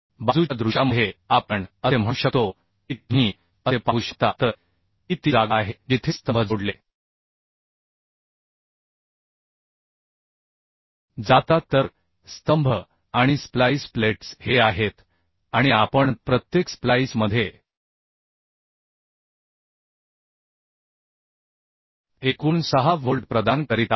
बाजूच्या दृश्यामध्ये आपण असे म्हणू शकतो की तुम्ही असे पाहू शकता तर ही ती जागा आहे जिथे स्तंभ जोडले जातात तर स्तंभ आणि स्प्लाईस प्लेट्स हे आहेत आणि आपण प्रत्येक स्प्लाईसमध्ये एकूण 6 व्होल्ट प्रदान करीत आहोत